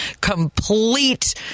complete